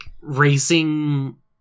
racing